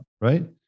right